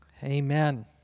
Amen